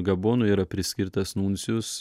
gabonui yra priskirtas nuncijus